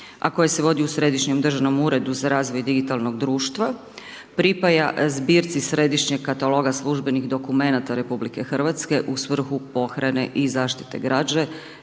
a koje se vodi u Središnjem državnom uredu za razvoj digitalnog društva, pripaja zbirci središnjeg kataloga službenih dokumenata RH u svrhu pohrane i zaštite građe